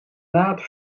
naad